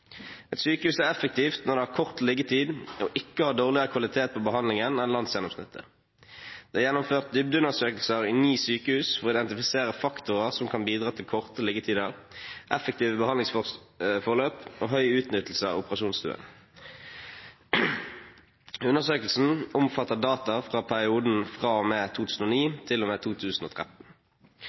Et sykehus er effektivt når det har kort liggetid og ikke har dårligere kvalitet på behandlingen enn landsgjennomsnittet. Det er gjennomført dybdeundersøkelser ved ni sykehus for å identifisere faktorer som kan bidra til korte liggetider, effektive behandlingsforløp og høy utnyttelse av operasjonsstuen. Undersøkelsen omfatter data fra perioden fra og med 2009 til og med 2013.